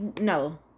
no